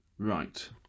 Right